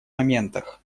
моментах